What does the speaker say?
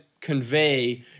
convey